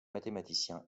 mathématicien